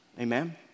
Amen